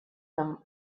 them